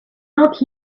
not